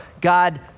God